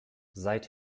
seit